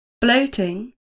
bloating